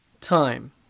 time